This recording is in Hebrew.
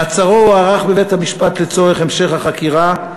מעצרו הוארך בבית-המשפט לצורך המשך החקירה,